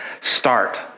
start